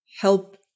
help